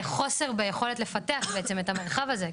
יהיה חוסר ביכולת לפתח בעצם את המרחב הזה,